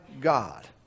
God